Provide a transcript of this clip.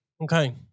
Okay